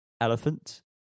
Elephant